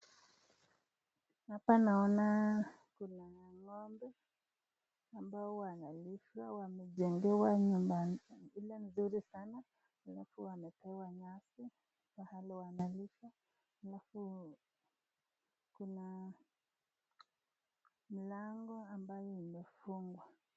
Hapa naona kuna ng'ombe ambao wanalishwa. Wamejengewa nyumba ile nzuri sana, alafu wanapewa nyasi mahali wanalishwa, alafu kuna mlango ambayo imefungwa.